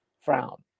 frown